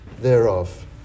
thereof